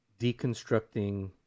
deconstructing